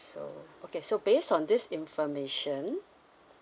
so okay so based on this information